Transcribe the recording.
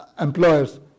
employers